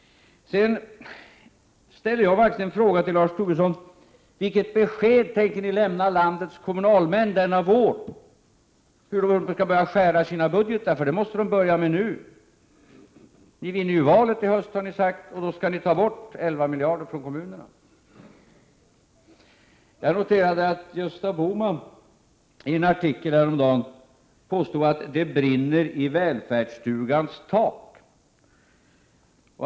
Jag ställde faktiskt en fråga till Lars Tobisson om vilket besked man denna vår tänker lämna landets kommunalmän om hur de skall börja skära i sina budgetar, för det måste de börja med nu. Ni har ju sagt att ni vinner valet i höst och att ni då skall ta bort 11 miljarder från kommunerna. Jag noterade att Gösta Bohman i en artikel häromdagen påstod att det brinner i välfärdsstugans tak.